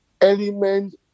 element